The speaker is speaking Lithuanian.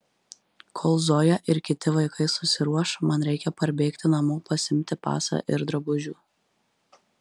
kol zoja ir kiti vaikai susiruoš man reikia parbėgti namo pasiimti pasą ir drabužių